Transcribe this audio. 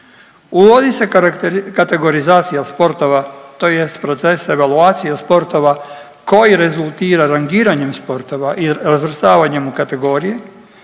uvodi se kategorizacija sportova tj. proces evaluacije sportova koji rezultira rangiranjem sportova i razvrstavanjem u kategorije